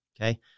Okay